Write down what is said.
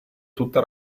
tutta